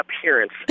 appearance